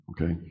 Okay